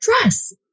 dress